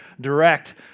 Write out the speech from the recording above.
direct